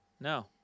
No